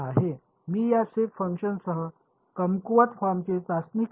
मी या शेप फंक्शनसह कमकुवत फॉर्मची चाचणी करीत आहे